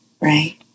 Right